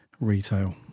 retail